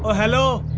ah hello.